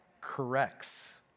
corrects